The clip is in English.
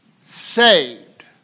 saved